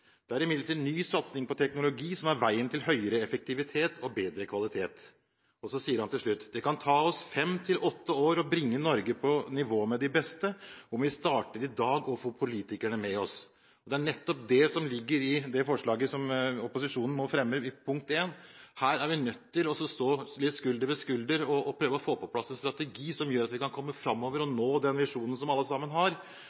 Det er imidlertid ny satsing på teknologi som er veien til høyere effektivitet og bedre kvalitet.» Så sier han til slutt: «Det kan ta 5–8 år å bringe Norge på nivå med de beste – om vi starter i dag og får politikerne med oss.» Det er nettopp det som ligger i det forslaget som opposisjonen nå fremmer. Her er vi nødt til å stå skulder ved skulder og prøve å få på plass en strategi som gjør at vi kan komme framover å nå den visjonen som alle sammen har. Det nytter ikke å bli slått i hodet med internasjonale konsern og